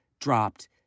dropped